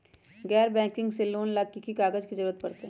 गैर बैंकिंग से लोन ला की की कागज के जरूरत पड़तै?